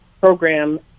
program